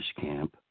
camp